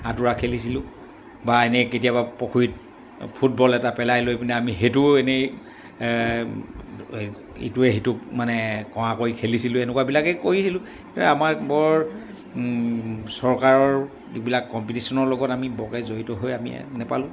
সাঁতুৰা খেলিছিলোঁ বা এনেই কেতিয়াবা পুখুৰীত ফুটবল এটা পেলাই লৈ পিনে আমি সেইটোও এনেই ইটোৱে সিটোক মানে কঁআ কয়ি খেলিছিলোঁ এনেকুৱাবিলাকেই কৰিছিলোঁ কিন্তু আমাৰ বৰ চৰকাৰৰ যিবিলাক কম্পিটিশ্যনৰ লগত আমি বৰকৈ জড়িত হৈ আমি নাপালোঁ